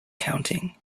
counting